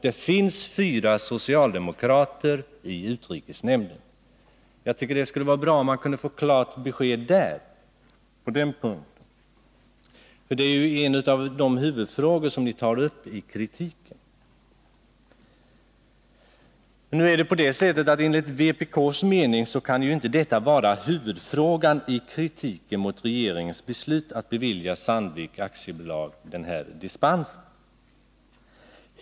Det finns fyra socialdemokrater i utrikesnämnden. Jag tycker det skulle vara bra om man kunde få klart besked på den här punkten. Det är en av huvudpunkterna i er kritik. Enligt vpk kan dock inte detta vara huvudfrågan i kritiken mot regeringens beslut att bevilja Sandvik AB dispensen.